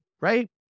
right